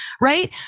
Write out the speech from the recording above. right